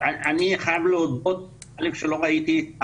אני חייב להודות שלא ראיתי.